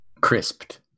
Crisped